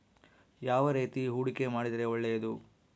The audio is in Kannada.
ಯಾವ ರೇತಿ ಹೂಡಿಕೆ ಮಾಡಿದ್ರೆ ಒಳ್ಳೆಯದು?